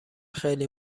خیلی